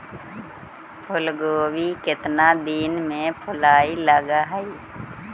फुलगोभी केतना दिन में फुलाइ लग है?